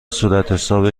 صورتحساب